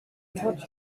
thought